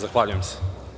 Zahvaljujem se.